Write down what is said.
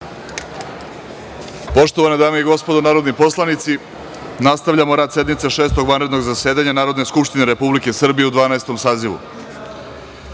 Poštovane dame i gospodo narodni poslanici, nastavljamo rad sednice Šestog vanrednog zasedanja Narodne skupštine Republike Srbije u Dvanaestom